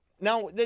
Now